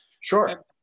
Sure